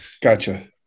Gotcha